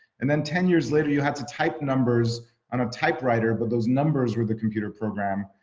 and then ten years later, you had to type numbers on a typewriter, but those numbers were the computer program.